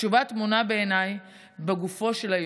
התשובה טמונה בעיניי בגופו של היום: